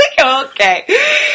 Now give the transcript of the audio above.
Okay